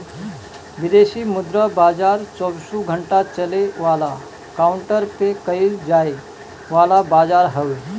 विदेशी मुद्रा बाजार चौबीसो घंटा चले वाला काउंटर पे कईल जाए वाला बाजार हवे